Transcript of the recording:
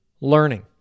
learning